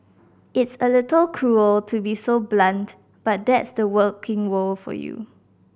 it's a little cruel to be so blunt but that's the working world for you